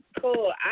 cool